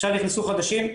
עכשיו נכנסו חדשים.